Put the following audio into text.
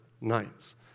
nights